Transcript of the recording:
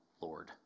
Lord